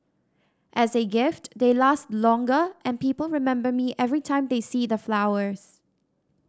as a gift they last longer and people remember me every time they see the flowers